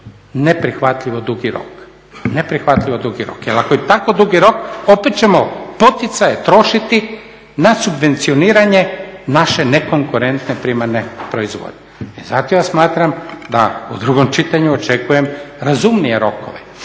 predviđamo neprihvatljivo dugi rok. Jel ako je tako dugi rok opet ćemo poticaje trošiti na subvencioniranje naše nekonkurentne primarne proizvodnje. I zato ja smatram i u drugom čitanju očekujem razumije rokove,